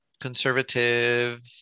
conservative